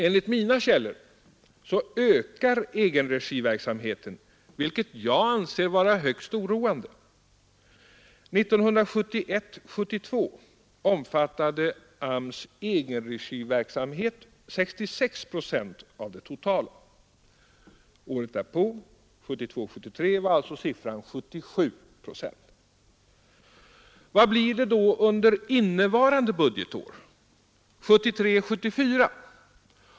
Enligt mina källor ökar egenregiverksamheten, vilket jag anser vara högst oroande. År 1971 73, var alltså siffran 77 procent. Vad blir det då under innevarande budgetår, dvs. 1973/74?